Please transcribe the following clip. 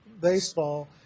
baseball